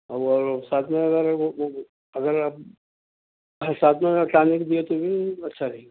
ہاں وہ ساتھ میں اگر وہ وہ اگر ساتھ میں شامل کیے تو بھی اچھا رہینگا